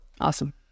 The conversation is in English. awesome